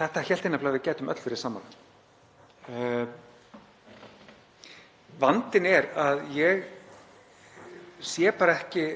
Þetta hélt ég nefnilega að við gætum öll verið sammála um. Vandinn er að ég sé ekki